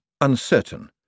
uncertain